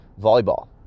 volleyball